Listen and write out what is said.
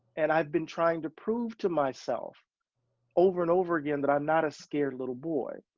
and i've been trying to prove to myself over and over again that i'm not a scared little boy.